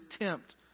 attempt